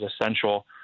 essential